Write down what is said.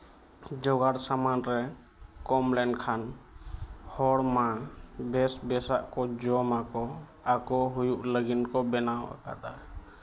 ᱡᱚᱜᱟᱲ ᱥᱟᱢᱟᱱ ᱨᱮ ᱠᱚᱢ ᱞᱮᱱᱠᱷᱟᱱ ᱦᱚᱲᱢᱟ ᱵᱮᱹᱥ ᱵᱮᱹᱥᱟᱜ ᱠᱚ ᱡᱚᱢᱟᱠᱚ ᱟᱠᱚ ᱦᱩᱭᱩᱜ ᱞᱟᱹᱜᱤᱫ ᱠᱚ ᱵᱮᱱᱟᱣ ᱠᱟᱫᱟ